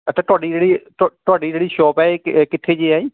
ਅੱਛਾ ਤੁਹਾਡੀ ਜਿਹੜੀ ਤੁਹਾ ਤੁਹਾਡੀ ਜਿਹੜੀ ਸ਼ੋਪ ਹੈ ਇਹ ਕਿ ਕਿੱਥੇ ਜੇ ਹੈ ਜੀ